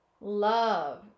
love